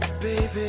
Baby